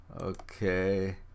Okay